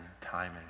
timing